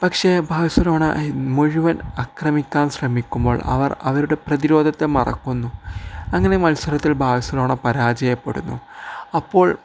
പക്ഷെ ബാഴ്സലോണ മുഴുവൻ ആക്രമിക്കാൻ ശ്രമിക്കുമ്പോൾ അവർ അവരുടെ പ്രതിരോധത്തെ മറക്കുന്നു അങ്ങനെ മത്സരത്തിൽ ബാഴ്സലോണ പരാജയപ്പെടുന്നു അപ്പോൾ